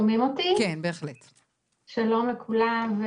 שלום לכולם.